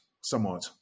somewhat